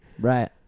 Right